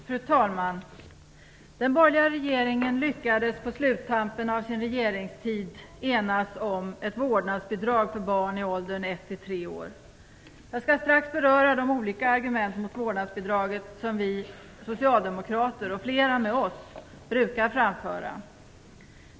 Fru talman! Den borgerliga regeringen lyckades på sluttampen av sin regeringstid enas om ett vårdnadsbidrag för barn i åldern 1-3 år. Jag skall strax beröra de olika argumenten mot vårdnadsbidraget som vi socialdemokrater och flera med oss brukar framföra.